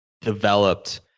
developed